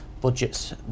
Budgets